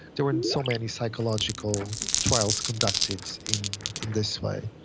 there weren't so many psychological trials conducted in in this way.